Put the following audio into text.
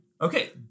Okay